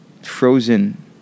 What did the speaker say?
Frozen